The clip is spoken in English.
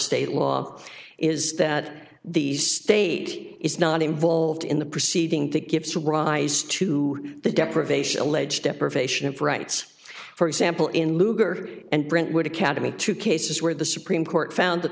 state law is that the state is not involved in the proceeding that gives rise to the deprivation alleged deprivation of rights for example in lugar and brentwood academy two cases where the supreme court found that